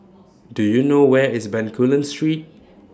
Do YOU know Where IS Bencoolen Street